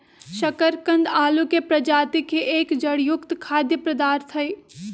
शकरकंद आलू के प्रजाति के एक जड़ युक्त खाद्य पदार्थ हई